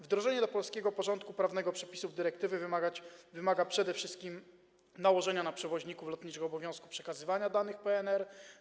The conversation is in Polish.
Wdrożenie do polskiego porządku prawnego przepisów dyrektywy wymaga przede wszystkim nałożenia na przewoźników lotniczych obowiązku przekazywania danych PNR.